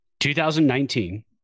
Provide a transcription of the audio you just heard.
2019